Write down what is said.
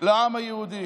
לעם היהודי.